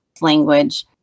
language